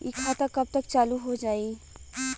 इ खाता कब तक चालू हो जाई?